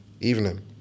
evening